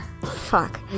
fuck